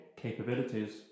capabilities